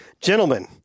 Gentlemen